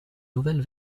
nouvelle